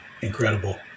Incredible